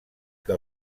que